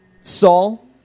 Saul